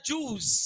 Jews